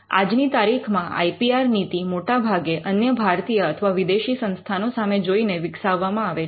આજની તારીખમાં I P R નીતિ મોટાભાગે અન્ય ભારતીય અથવા વિદેશી સંસ્થાનો સામે જોઈને વિકસાવવામાં આવે છે